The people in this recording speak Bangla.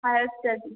হায়ার স্টাডির জন্য